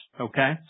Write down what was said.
Okay